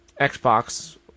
Xbox